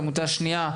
והעמותה השנייה,